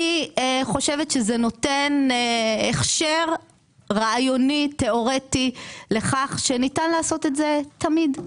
אני חושבת שזה נותן הכשר רעיוני ותאורטי לכך שניתן לעשות את זה תמיד.